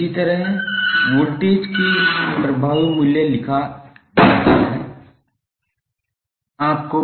इसी तरह वोल्टेज के लिए प्रभावी मूल्य लिखा जा सकता है